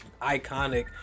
iconic